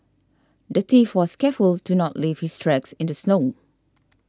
the thief was careful to not leave his tracks in the snow